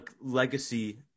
legacy